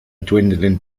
dwindling